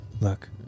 Look